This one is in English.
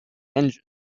engines